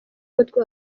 umutwe